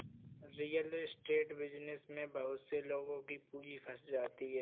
real estate business में बहुत से लोगों की पूंजी फंस जाती है